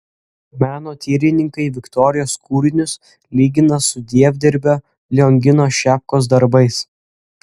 menotyrininkai viktorijos kūrinius lygina su dievdirbio liongino šepkos darbais